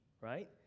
right